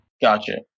Gotcha